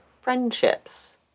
friendships